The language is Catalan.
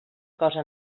cosa